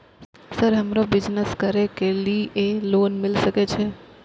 Sir हमरो business करके ली ये लोन मिल सके छे?